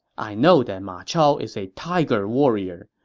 i know that ma chao is a tiger warrior.